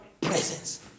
Presence